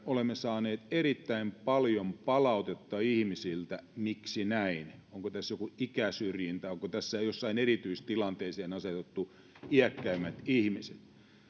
olemme saaneet erittäin paljon palautetta ihmisiltä miksi näin onko tässä joku ikäsyrjintä onko tässä jotenkin erityistilanteeseen asetettu iäkkäämmät ihmiset